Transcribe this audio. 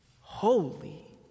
holy